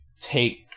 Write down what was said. take